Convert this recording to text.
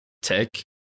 Tech